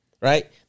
right